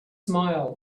smile